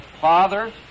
Father